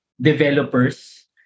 developers